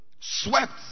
swept